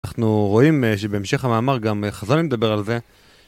אנחנו רואים שבהמשך המאמר, גם חזוני מדבר על זה, ...